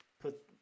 put